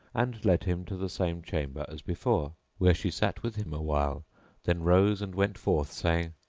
and led him to the same chamber as before where she sat with him awhile then rose and went forth saying,